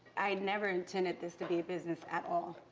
i never intended this to be a business at all.